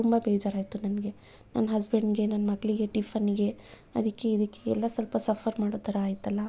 ತುಂಬ ಬೇಜಾರು ಆಯಿತು ನನಗೆ ನನ್ನ ಹಸ್ಬೆಂಡ್ಗೆ ನನ್ನ ಮಕ್ಕಳಿಗೆ ಟಿಫನ್ಗೆ ಅದಕ್ಕೆ ಇದಕ್ಕೆ ಎಲ್ಲ ಸ್ವಲ್ಪ ಸಫರ್ ಮಾಡೋ ಥರ ಆಯಿತಲ್ಲ